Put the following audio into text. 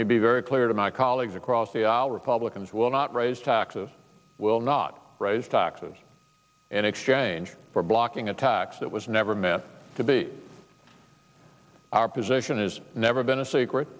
me be very clear to my colleagues across the our republicans will not raise taxes will not raise taxes and exchange for blocking a tax that was never met to be our position is never been a secret